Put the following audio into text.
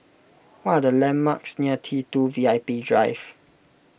what are the landmarks near T two V I P Drive